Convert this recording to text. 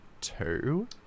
two